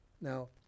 Now